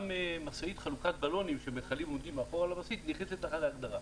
גם משאית חלוקת בלונים שמיכלים עומדים מאחורה נכנסים לתוך ההגדרה.